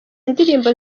indirimbo